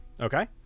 Okay